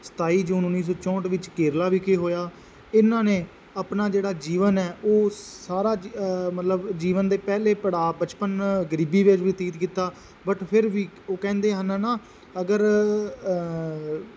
ਸਤਾਈ ਜੂਨ ਉੱਨੀ ਸੌ ਚੌਂਹਟ ਵਿੱਚ ਕੇਰਲਾ ਵਿਖੇ ਹੋਇਆ ਇਹਨਾਂ ਨੇ ਆਪਣਾ ਜਿਹੜਾ ਜੀਵਨ ਹੈ ਉਹ ਸਾਰਾ ਜੀ ਮਤਲਬ ਜੀਵਨ ਦੇ ਪਹਿਲੇ ਪੜਾਅ ਬਚਪਨ ਗਰੀਬੀ ਵਿੱਚ ਬਤੀਤ ਕੀਤਾ ਬਟ ਫਿਰ ਵੀ ਉਹ ਕਹਿੰਦੇ ਹਨ ਹੈ ਨਾ ਅਗਰ